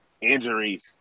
injuries